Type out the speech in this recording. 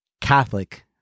Catholic-